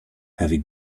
heavy